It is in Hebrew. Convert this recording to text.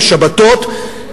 בשבתות,